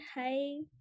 Hi